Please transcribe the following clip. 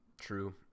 True